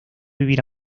vivir